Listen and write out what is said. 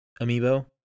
Amiibo